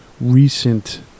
recent